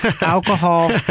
alcohol